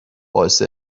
باعث